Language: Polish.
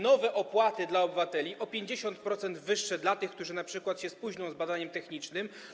Nowe opłaty dla obywateli o 50% wyższe dla tych, którzy np. spóźnią się z badaniem technicznym.